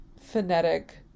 phonetic